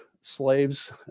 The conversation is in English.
slaves